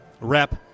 rep